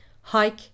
Hike